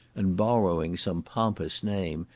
and borrowing some pompous name,